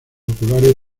oculares